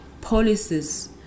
policies